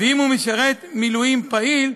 ואם הוא משרת מילואים פעיל,